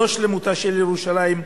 זאת שלמותה של ירושלים,